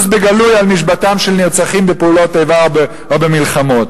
בגלוי על משבתם של נרצחים בפעולות איבה או במלחמות,